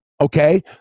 okay